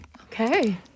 Okay